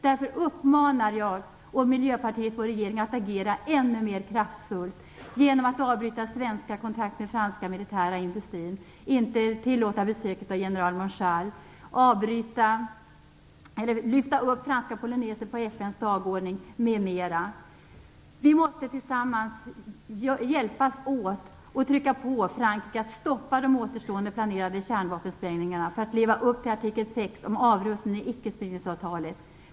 Därför uppmanar jag och Miljöpartiet vår regering att agera ännu mer kraftfullt genom att avbryta svenska kontrakt med den franska militära industrin, inte tillåta besök av general Monchal, lyfta upp Franska Polynesien på FN:s dagordning, m.m. Vi måste tillsammans hjälpas åt att trycka på Frankrike att stoppa de återstående planerade kärnvapensprängningarna för att leva upp till artikel 6 om avrustning i icke-spridningsavtalet.